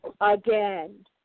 again